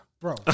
Bro